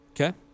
Okay